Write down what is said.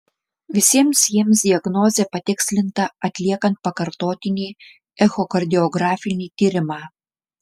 visiems jiems diagnozė patikslinta atliekant pakartotinį echokardiografinį tyrimą